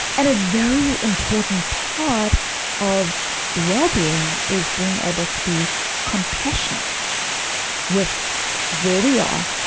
and a very important part of wellbeing is being able to be compassionate with where we are,